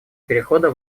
перехода